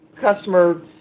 customer